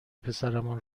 پسرمان